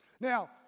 Now